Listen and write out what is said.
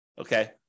Okay